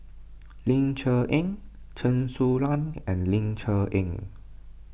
Ling Cher Eng Chen Su Lan and Ling Cher Eng